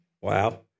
wow